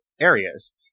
areas